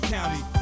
County